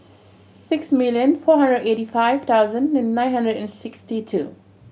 six million four hundred eighty five thousand and nine hundred and sixty two